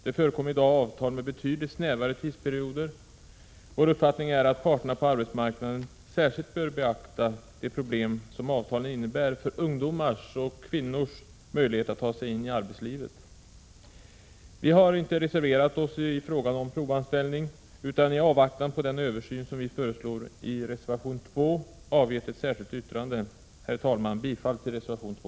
Det förekommer i dag avtal med betydligt snävare tidsperioder. Vår uppfattning är att parterna på arbetsmarknaden särskilt bör beakta de problem som avtalen innebär för ungdomars och kvinnors möjligheter att ta sig in i arbetslivet. Vi har inte reserverat oss i frågan om provanställning, utan i avvaktan på den översyn som vi hänvisar till i reservation 2 avgett ett särskilt yttrande. Herr talman! Jag yrkar bifall till reservation 2.